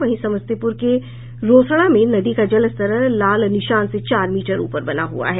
वहीं समस्तीपुर के रोसड़ा में नदी का जलस्तर लाल निशान से चार मीटर ऊपर बना हुआ है